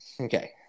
okay